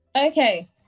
Okay